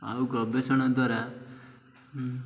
ଆଉ ଗବେଷଣା ଦ୍ୱାରା